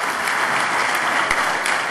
(מחיאות כפיים)